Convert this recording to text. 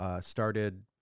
started